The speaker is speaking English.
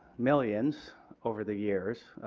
millions over the years.